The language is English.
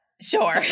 Sure